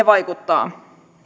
vaikuttaa